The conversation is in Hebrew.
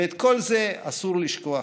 ואת כל זה אסור לשכוח.